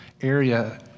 area